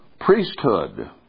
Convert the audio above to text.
priesthood